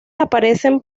aparecen